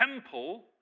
temple